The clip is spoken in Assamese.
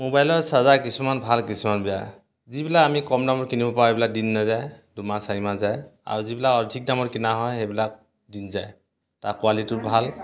মোবাইলৰ চাৰ্জাৰ কিছুমান ভাল কিছুমান বেয়া যিবিলাক আমি কম দামত কিনিব পাও এইবিলাক দিন নাযায় দুমাহ চাৰিমাহ যায় আৰু যিবিলাক অধিক দামত কিনা হয় সেইবিলাক দিন যায় তাৰ কোৱালিটিও ভাল